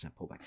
pullback